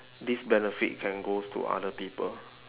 this benefit can goes to other people